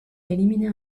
éliminer